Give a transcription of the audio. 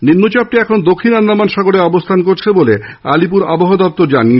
নিম্নচাপটি এখন দক্ষিণ আন্দামান সাগরে অবস্হান করছে বলে আলিপুর আবহাওয়া দফতর জানিয়েছে